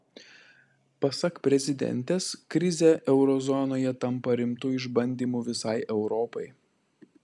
pasak prezidentės krizė euro zonoje tampa rimtu išbandymu visai europai